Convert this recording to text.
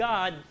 God